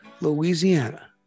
Louisiana